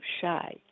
shy